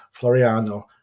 Floriano